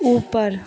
ऊपर